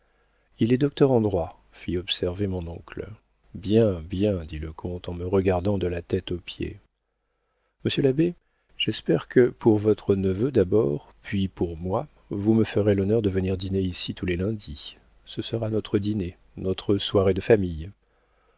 il est docteur en droit fit observer mon oncle bien bien dit le comte en me regardant de la tête aux pieds monsieur l'abbé j'espère que pour votre neveu d'abord puis pour moi vous me ferez l'honneur de venir dîner ici tous les lundis ce sera notre dîner notre soirée de famille